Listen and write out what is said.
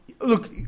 Look